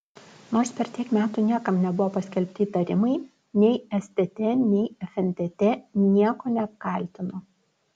nors per tiek metų niekam nebuvo paskelbti įtarimai nei stt nei fntt nieko neapkaltino